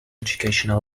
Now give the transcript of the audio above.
educational